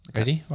Ready